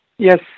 Yes